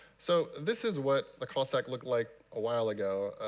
so this is what the call stack looked like a while ago.